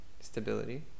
stability